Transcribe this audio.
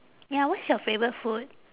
ya what's your favourite food